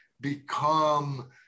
become